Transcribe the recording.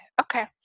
Okay